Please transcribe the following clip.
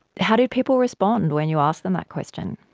how do people respond when you ask them that question?